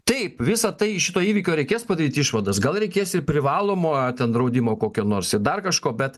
taip visa tai iš šito įvykio reikės padaryti išvadas gal reikės ir privalomojo draudimo kokio nors ir dar kažko bet